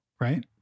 Right